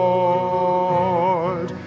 Lord